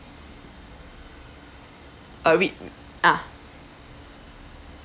uh wait ah